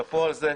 שאפו על זה.